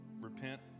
repent